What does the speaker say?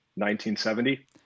1970